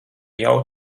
jau